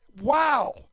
Wow